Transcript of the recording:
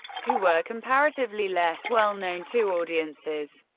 who were comparatively less well-known to audiences.